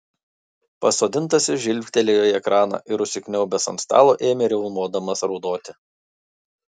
pasodintasis žvilgtelėjo į ekraną ir užsikniaubęs ant stalo ėmė riaumodamas raudoti